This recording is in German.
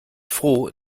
froh